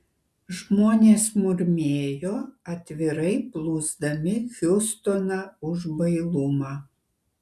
žmonės murmėjo atvirai plūsdami hiustoną už bailumą